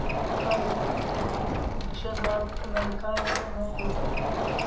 काही दहशतवाद नाही काय याचं नाही होतं